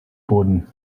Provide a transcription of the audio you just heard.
boden